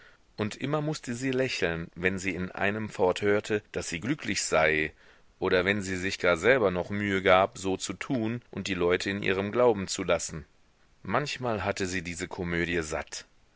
und immer mußte sie lächeln wenn sie in einem fort hörte daß sie glücklich sei oder wenn sie sich gar selber noch mühe gab so zu tun und die leute in ihrem glauben zu lassen manchmal hatte sie diese komödie satt